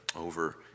over